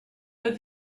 but